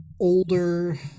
older